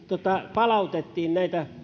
palautettiin